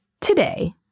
today